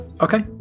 Okay